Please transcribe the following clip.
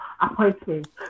appointments